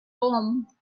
home